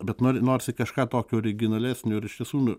bet nori norisi kažką tokio originalesnio ir iš tiesų nu